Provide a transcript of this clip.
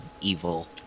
evil